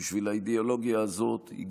על האידיאולוגיה הזאת אתה מוכן להיאבק,